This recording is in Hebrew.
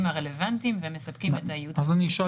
הרלוונטיים והם מספקים את הייעוץ המשפטי.